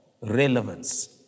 Relevance